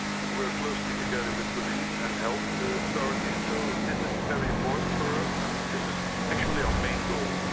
we work closely together with police and health authorities, so this is very important for us, and this is actually our main goal.